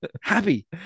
happy